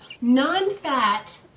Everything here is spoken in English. Non-fat